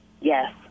Yes